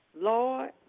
Lord